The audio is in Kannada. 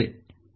ಆದ್ದರಿಂದ p v